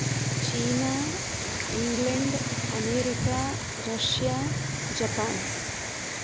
China England America Russia Japan